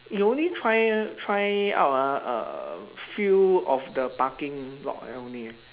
he only try try out ah a few of the parking lot only eh